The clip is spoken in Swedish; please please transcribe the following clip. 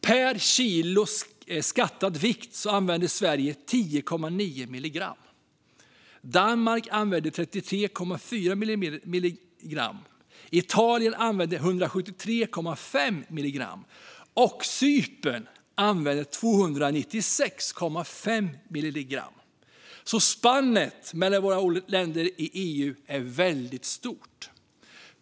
Per kilo skattad vikt använder Sverige 10,9 milligram, Danmark 33,4 milligram, Italien 173,5 milligram och Cypern 296,5 milligram. Spannet mellan olika länder i EU är alltså väldigt stort.